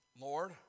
Lord